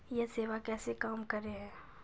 यह सेवा कैसे काम करै है?